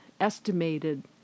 estimated